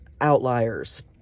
outliers